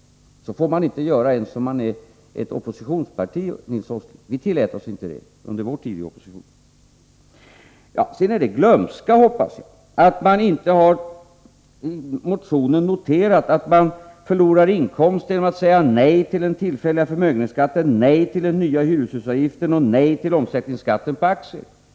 Så får man inte göra ens om man är ett oppositionsparti, Nils Åsling. Vi tillät oss inte något liknande under vår tid i opposition. Jag hoppas att det beror på glömska att man i motionen inte har noterat att man förlorar inkomster genom att säga nej till den tillfälliga förmögenhetsskatten, nej till den nya hyreshusavgiften och nej till omsättningsskatt på aktier.